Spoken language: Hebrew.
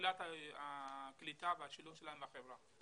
לתחילת הקליטה והשילוב שלהם בחברה.